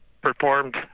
performed